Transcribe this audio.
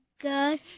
Good